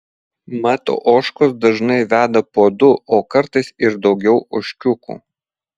mat ožkos dažnai veda po du o kartais ir daugiau ožkiukų